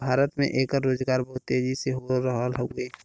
भारत में एकर रोजगार बहुत तेजी हो रहल हउवे